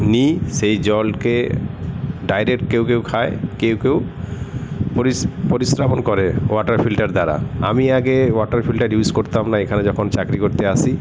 নিই সেই জলকে ডাইরেক্ট কেউ কেউ খায় কেউ কেউ পরিস পরিস্রবণ করে ওয়াটার ফিল্টার দ্বারা আমি আগে ওয়াটার ফিল্টার ইউজ করতাম না এখানে যখন চাকরি করতে আসি